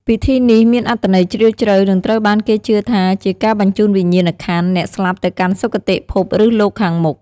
ពិធីនេះមានអត្ថន័យជ្រាលជ្រៅ និងត្រូវបានគេជឿថាជាការបញ្ជូនវិញ្ញាណក្ខន្ធអ្នកស្លាប់ទៅកាន់សុគតិភពឬលោកខាងមុខ។